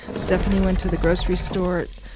stephanie went to the grocery store,